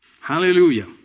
Hallelujah